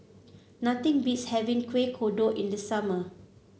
nothing beats having Kuih Kodok in the summer